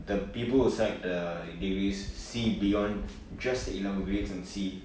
the people who select the degrees see beyond just the A level grades and see